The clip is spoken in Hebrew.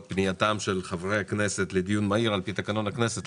פנייתם של חברי הכנסת לדיון מהיר על פי תקנון הכנסת,